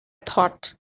thought